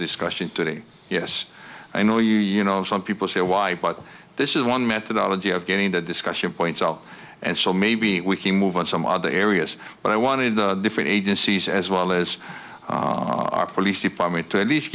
discussion today yes i know you know some people say why but this is one methodology of getting the discussion points out and so maybe we can move on some other areas but i wanted different agencies as well as our police department to at least